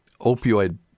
opioid